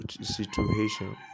situation